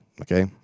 Okay